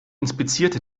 inspizierte